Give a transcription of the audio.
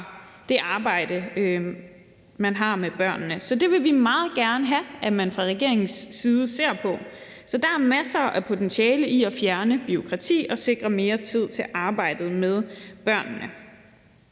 det arbejde, man har med børnene. Så det vil vi meget gerne have at man fra regeringens side ser på. Så der er jo masser af potentiale i at fjerne bureaukrati og sikre mere tid til arbejdet med børnene.